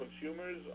consumers